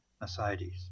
Mercedes